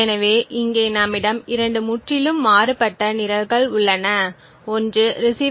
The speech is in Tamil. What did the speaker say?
எனவே இங்கே நம்மிடம் 2 முற்றிலும் மாறுபட்ட நிரல்கள் உள்ளன ஒன்று receiver